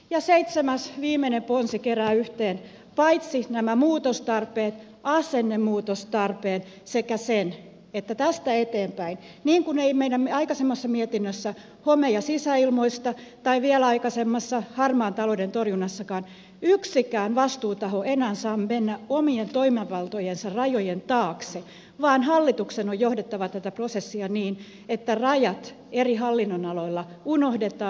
ja seitsemäs viimeinen ponsi kerää yhteen paitsi nämä muutostarpeet asennemuutostarpeet myös sen että tästä eteenpäin niin kuin ei meidän aikaisemmassa mietinnössämme home ja sisäilmoista tai vielä aikaisemmassakaan harmaan talouden torjunnassa yksikään vastuutaho ei enää saa mennä omien toimivaltojensa rajojen taakse vaan hallituksen on johdettava tätä prosessia niin että rajat eri hallinnonaloilla unohdetaan